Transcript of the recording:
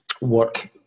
work